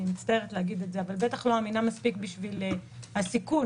אני מניח שעצם העניין של החיסונים הרי מצדיק בחינה.